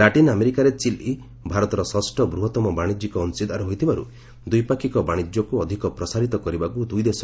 latrine ଆମେରିକାରେ Chile ଭାରତର ଷଷ୍ଠ ବୃହତ୍ତମ ବାଣିଜ୍ୟିକ ଅଂଶୀଦାର ହୋଇଥିବାର୍ତ୍ ଦ୍ୱିପାକ୍ଷିକ ବାଶିଜ୍ୟକୃ ଅଧିକ ପ୍ରସାରିତ କରିବାକୁ ଦୁଇ ଦେଶ